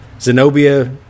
Zenobia